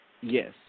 Yes